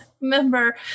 member